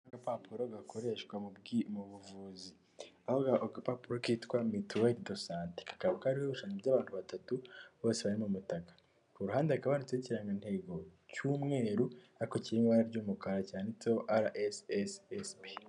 Ni agapapuro gakoreshwa mu buvuzi aho agapapuro kitwa mitueli do sante, kakaba kariho igishushanyo cy'abantu batatu bose bari mu mutaka, ku ruhande hakaba kanditseho ikirangantego cy'umweru ariko cy'i ibara ry'umukara cyanitse rssb.